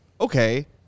okay